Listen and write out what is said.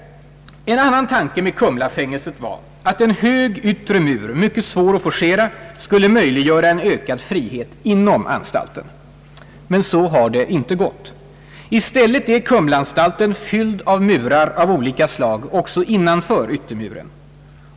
En annan tanke med Kumlafängelset var att en hög yttre mur, mycket svår att forcera, skulle möjliggöra en ökad frihet inom anstalten. Men så har det inte gått. I stället är Kumlaanstalten fylld av murar av olika slag också innanför yttermuren.